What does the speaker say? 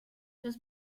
los